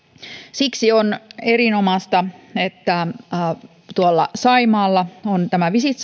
siksi on erinomaista että saimaalla on visit